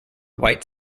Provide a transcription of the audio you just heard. white